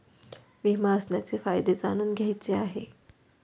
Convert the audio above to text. विमा असण्याचे फायदे जाणून घ्यायचे आहे